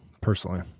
personally